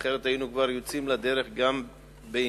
אחרת היינו כבר יוצאים לדרך גם בעניינה.